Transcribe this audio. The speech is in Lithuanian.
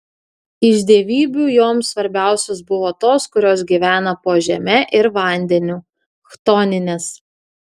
iš dievybių joms svarbiausios buvo tos kurios gyvena po žeme ir vandeniu chtoninės